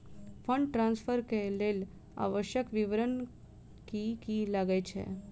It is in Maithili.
फंड ट्रान्सफर केँ लेल आवश्यक विवरण की की लागै छै?